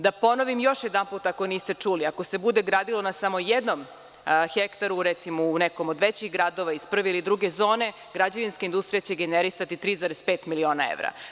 Da ponovim još jedanput, ako niste čuli, ako se bude gradilo na samo jednom hektaru, recimo u nekom od većih gradova iz prve ili druge zone, građevinska industrije će generisati 3,5 miliona evra.